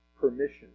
permission